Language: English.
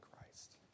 Christ